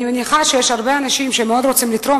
אני מניחה שיש הרבה אנשים שמאוד רוצים לתרום,